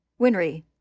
Winry